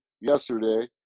yesterday